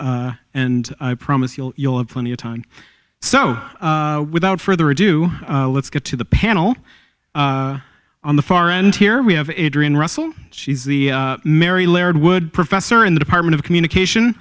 and i promise you'll you'll have plenty of time so without further ado let's get to the panel on the far end here we have adrian russell she's the mary laird would professor in the department of communication